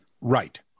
Right